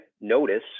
notice